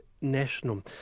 National